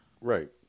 Right